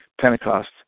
Pentecost